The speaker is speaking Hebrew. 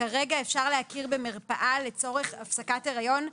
כרגע אפשר להכיר במרפאה לצורך הפסקת הריון.